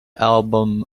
album